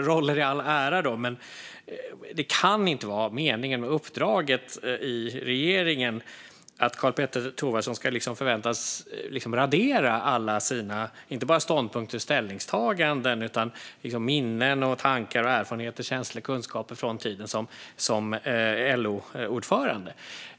Roller i all ära, men det kan inte vara meningen med uppdraget i regeringen att Karl-Petter Thorwaldsson ska förväntas radera alla sina inte bara ståndpunkter och ställningstaganden utan också minnen, tankar, erfarenheter, känslor och kunskaper från tiden som LO-ordförande.